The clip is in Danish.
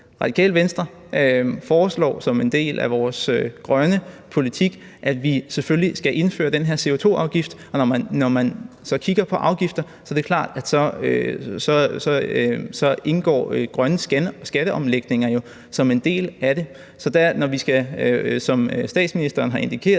Radikale Venstre foreslår som en del af vores grønne politik, at vi selvfølgelig skal indføre den her CO2-afgift, og når man kigger på afgifter, er det klart, at grønne skatteomlægninger jo indgår som en del af det. Så når vi, som statsministeren har indikeret,